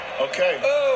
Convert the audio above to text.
Okay